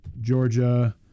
georgia